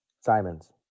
Simons